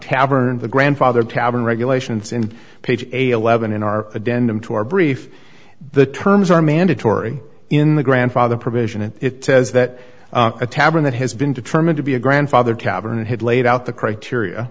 tavern the grandfather tavern regulations and page eleven are a denim to our brief the terms are mandatory in the grandfather provision and it says that a tavern that has been determined to be a grandfather tavern and had laid out the criteria